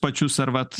pačius ar vat